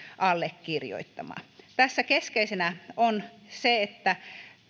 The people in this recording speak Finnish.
allekirjoittama tässä keskeisenä on se että